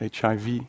HIV